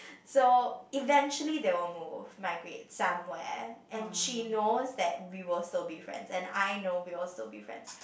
so eventually they will move migrate somewhere and she knows that we will still be friends and I know we will still be friends